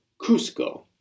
Cusco